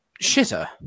shitter